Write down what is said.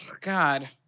God